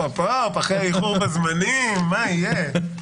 אחרי איחור בזמנים, מה יהיה?